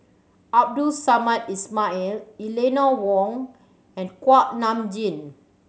Abdul Samad Ismail Eleanor Wong and Kuak Nam Jin